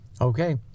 okay